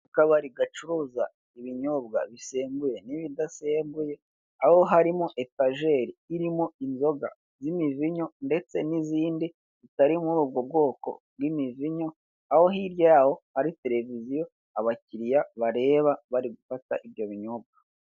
Akabari gacuruza ibinyobwa bisembuye n'ibidasembuye aho harimo etajeri irimo inzoga z'imivinyo ndetse n'izindi zitari muri ubwo bwoko bw'imivinyo aho hirya yaho hari televiziyo abakiriya bareba bari gufata ibyo binyobwa.